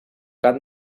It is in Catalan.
gat